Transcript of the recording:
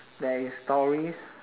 there is stories